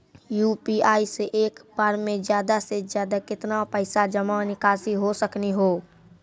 UPI से एक बार मे ज्यादा से ज्यादा केतना पैसा जमा निकासी हो सकनी हो?